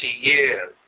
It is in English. years